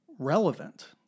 relevant